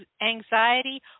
anxiety